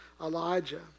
Elijah